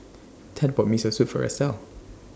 Ted bought Miso Soup For Estel